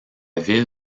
ville